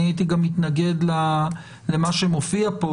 אני הייתי גם מתנגד למה שמופיע פה,